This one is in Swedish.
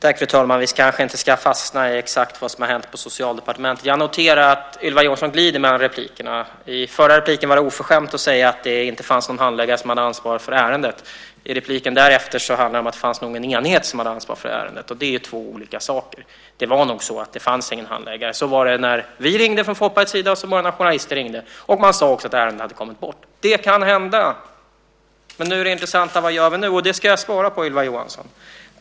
Fru talman! Vi kanske inte ska fastna i exakt vad som har hänt på Socialdepartementet. Jag noterar att Ylva Johansson glider mellan inläggen. I det förra inlägget var det oförskämt att säga att det inte fanns någon handläggare som hade ansvaret för ärendet. I inlägget därefter handlade det om att det nog fanns en enhet som hade ansvar för ärendet. Det är två olika saker. Det var nog så att det inte fanns någon handläggare. Så var det när vi från Folkpartiet ringde, och så var det när journalister ringde. Man sade också att ärendet hade kommit bort. Det kan hända. Men det intressanta är vad vi gör nu, och det ska jag svara på, Ylva Johansson.